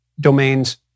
domains